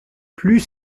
plus